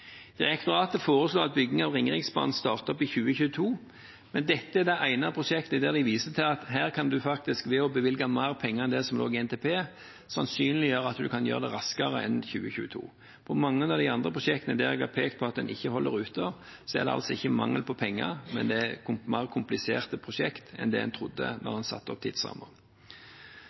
Direktoratet foreslår at bygging av Ringeriksbanen starter opp i 2022, men dette er det ene prosjektet der de viser til at en faktisk, ved å bevilge mer penger enn det som lå i NTP, sannsynligvis kan starte opp raskere enn 2022. I mange av de andre prosjektene der jeg har pekt på at en ikke holder ruten, er det altså ikke mangel på penger, men det er mer kompliserte prosjekt enn det en trodde da en satte opp